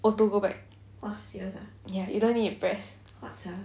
auto go back ya you don't need to press